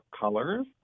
colors